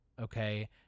Okay